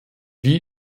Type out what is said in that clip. wie